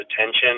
attention